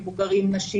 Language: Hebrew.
מבוגרים נשים,